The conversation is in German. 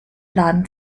laden